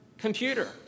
computer